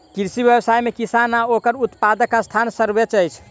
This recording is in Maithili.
कृषि व्यवसाय मे किसान आ ओकर उत्पादकक स्थान सर्वोच्य अछि